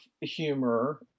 humor